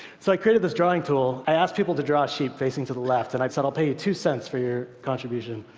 so i created this drawing tool. i asked people to draw a sheep facing to the left. and i said, i'll pay you two cents for your contribution.